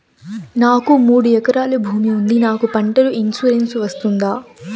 నాకు మూడు ఎకరాలు భూమి ఉంది నాకు పంటల ఇన్సూరెన్సు వస్తుందా?